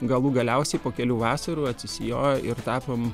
galų galiausiai po kelių vasarų atsisijojo ir tapom